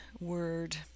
word